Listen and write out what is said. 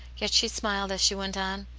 yet she smiled as she went on.